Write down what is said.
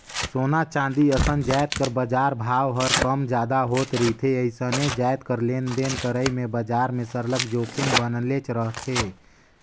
सोना, चांदी असन जाएत कर बजार भाव हर कम जादा होत रिथे अइसने जाएत कर लेन देन करई में बजार में सरलग जोखिम बनलेच रहथे